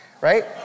right